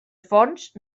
fonts